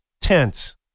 tense